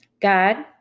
god